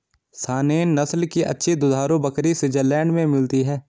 Saanen नस्ल की अच्छी दुधारू बकरी स्विट्जरलैंड में मिलती है